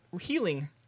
healing